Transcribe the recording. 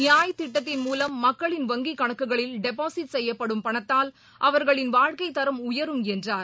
நியாய் திட்டத்தின் மூலம் மக்களின் வங்கிகணக்குகளில் டெபாஸிட் செய்யப்படும் பணத்தால் அவர்களின் வாழ்க்கைதரம் உயரும் என்றார்